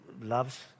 loves